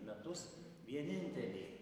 metus vienintelė